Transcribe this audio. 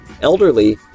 elderly